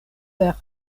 per